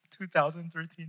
2013